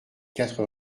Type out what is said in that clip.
quatre